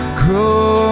grow